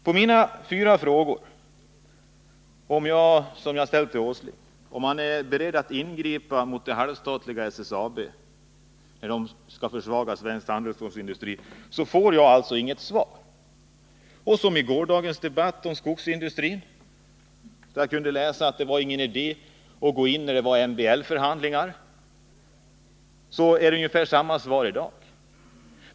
På min fråga till Nils Åsling om han är beredd att ingripa för att halvstatliga SSAB inte ytterligare skall försvaga svensk handelsstålsindustri får jag alltså inget svar. Vid gårdagens debatt om skogsindustrin sades att det inte var någon idé att gå in när det var MBL-förhandlingar. Det är ungefär samma svar i dag.